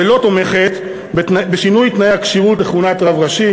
ולא תומכת בשינוי תנאי הכשירות לכהונת רב ראשי.